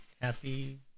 happy